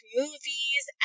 movies